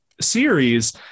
series